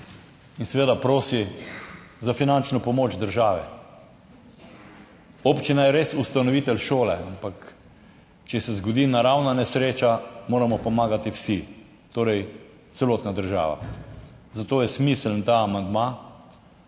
In seveda prosi za finančno pomoč države. Občina je res ustanovitelj šole, ampak če se zgodi naravna nesreča, moramo pomagati vsi, torej celotna država. Zato je smiseln ta amandma.